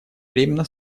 временно